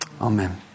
Amen